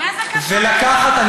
ולקחת, מה זה קשור?